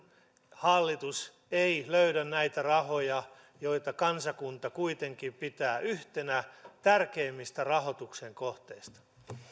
hallitus ei löydä näitä rahoja tähän jota kansakunta kuitenkin pitää yhtenä tärkeimmistä rahoituksen kohteista